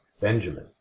Benjamin